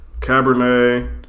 Cabernet